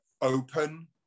open